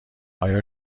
آیا